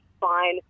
fine